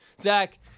Zach